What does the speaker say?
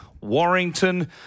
Warrington